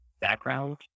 background